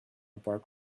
park